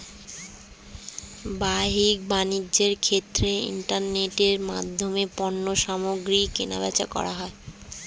বাহ্যিক বাণিজ্যের ক্ষেত্রে ইন্টারনেটের মাধ্যমে পণ্যসামগ্রী কেনাবেচা করা হয়